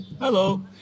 Hello